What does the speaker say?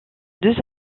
deux